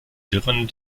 wirren